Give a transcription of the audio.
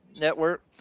network